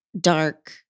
dark